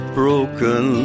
broken